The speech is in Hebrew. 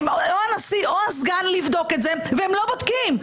או הנשיא או הסגן, לבדוק את זה, והם לא בודקים.